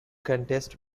contest